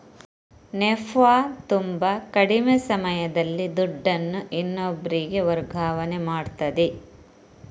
NEFT ತುಂಬಾ ಕಡಿಮೆ ಸಮಯದಲ್ಲಿ ದುಡ್ಡನ್ನು ಇನ್ನೊಬ್ರಿಗೆ ವರ್ಗಾವಣೆ ಮಾಡ್ತದೆ